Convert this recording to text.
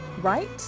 right